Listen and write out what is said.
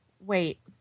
wait